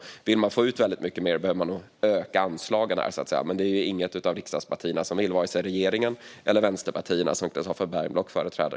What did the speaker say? Vill man få ut väldigt mycket mer behöver man nog öka anslagen, men det är det ju inget av riksdagspartierna som vill - varken regeringspartierna eller vänsterpartierna som Christofer Bergenblock företräder.